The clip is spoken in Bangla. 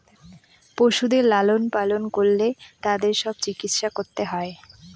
পশুদের লালন পালন করলে তাদের সব চিকিৎসা করতে হয়